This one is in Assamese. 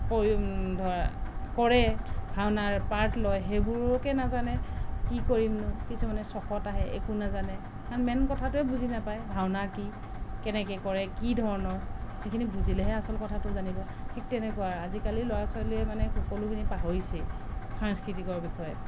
ধৰ কৰে ভাওনাৰ পাৰ্ট লয় সেইবোৰকে নেজানে কি কৰিমনো কিছুমানে চখত আহে একো নেজানে কাৰণ মেইন কথাটোৱে বুজি নেপায় ভাওনা কি কেনেকে কৰে কি ধৰণৰ সেইখিনি বুজিলেহে আচল কথাটো জানিব ঠিক তেনেকুৱা আজি কালি ল'ৰা ছোৱালীয়ে মানে সকলোখিনি পাহৰিছেই সাংস্কৃতিকৰ বিষয়ে